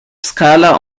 skala